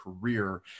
career